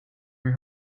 your